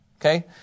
Okay